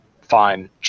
fine